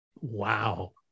Wow